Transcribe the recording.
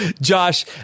Josh